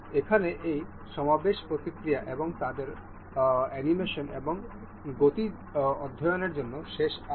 এখানে এই সমাবেশ প্রক্রিয়া এবং তাদের অ্যানিমেশন এবং গতি অধ্যয়নের জন্য শেষ আসে